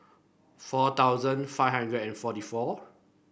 four thousand five hundred and forty four